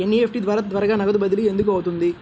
NEFT ద్వారా త్వరగా నగదు బదిలీ ఎందుకు అవుతుంది?